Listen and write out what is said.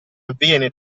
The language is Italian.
avviene